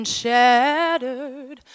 shattered